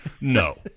no